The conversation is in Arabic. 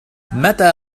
متى